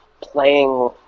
playing